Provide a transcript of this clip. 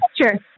picture